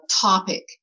topic